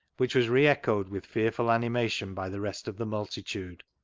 which was re-echoed with fearful animation by the rest of the multitude?